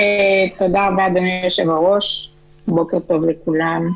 תודה רבה, אדוני היושב-ראש, בוקר טוב לכולם.